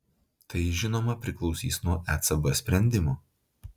tai žinoma priklausys nuo ecb sprendimo